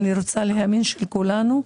אני רוצה להאמין של כולנו,